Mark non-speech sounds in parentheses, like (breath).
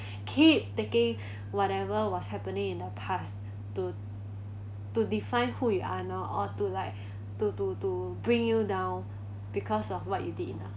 keep taking (breath) whatever was happening in the past to to define who you are now or to like (breath) to to to bring you down because of what you did in the